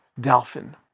Dolphin